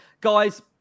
Guys